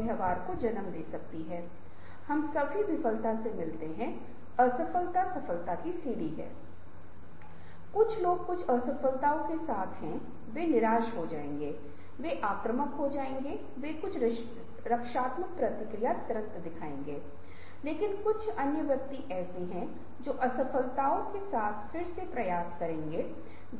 और जैसा कि आप संगठन में रचनात्मकता को याद कर सकते हैं यह कभी भी एक रैखिक प्रक्रिया नहीं है क्योंकि विचारों को विशिष्ट संदर्भ में बनाने के लिए ग्राहकों की आवश्यकताओं का ज्ञान होना चाहिए बाजार का ज्ञान प्रौद्योगिकी विकास का ज्ञान होना चाहिए और बाहरी वातावरण में परिवर्तन का ज्ञान होना चाहिए और साथ ही